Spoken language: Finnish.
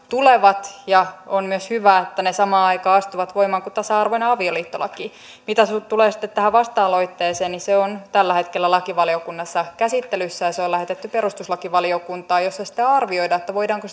tulevat ja on myös hyvä että ne samaan aikaan astuvat voimaan kuin tasa arvoinen avioliittolaki mitä tulee sitten tähän vasta aloitteeseen se on tällä hetkellä lakivaliokunnassa käsittelyssä ja se on lähetetty perustuslakivaliokuntaan jossa arvioidaan voidaanko